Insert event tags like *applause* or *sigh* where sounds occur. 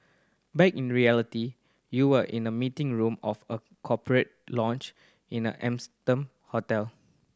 back in reality you are in the meeting room of a corporate lounge in an *unintelligible* hotel